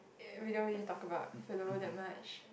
uh we don't really talk about philo that much